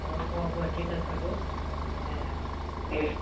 उहा वठी था सघो ऐं